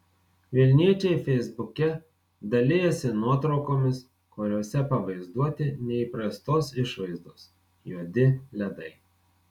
vilniečiai feisbuke dalijasi nuotraukomis kuriose pavaizduoti neįprastos išvaizdos juodi ledai